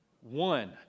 one